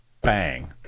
Bang